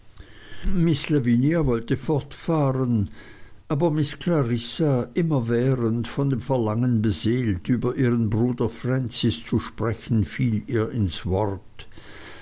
miß lavinia wollte fortfahren aber miß clarissa immerwährend von dem verlangen beseelt über ihren bruder francis zu sprechen fiel ihr ins wort